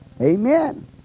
Amen